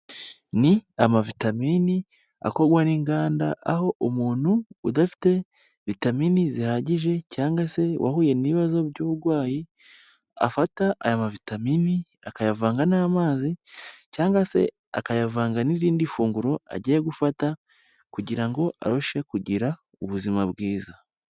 Ni amavitamini akorwa n'inganda aho umuntu udafite vitaminini zihagije cyangwa se wahuye n'ibibazo by'uburwayi, afata aya mavitaminini akayavanga n'amazi cyangwa se akayavanga n'irindi funguro agiye gufata kugira ngo arusheho kugira ubuzima bwiza.